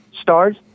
stars